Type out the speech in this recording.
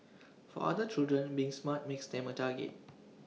for other children being smart makes them A target